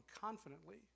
confidently